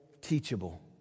teachable